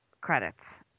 credits